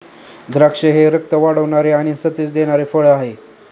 द्राक्षे हे रक्त वाढवणारे आणि सतेज देणारे फळ आहे